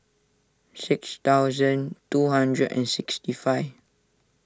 six thousand two hundred and sixty five